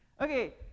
Okay